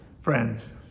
Friends